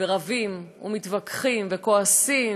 ורבים ומתווכחים וכועסים,